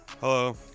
Hello